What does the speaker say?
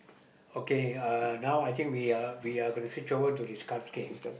okay uh now I think we are we are gonna switch over to this cards game